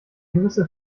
gewisse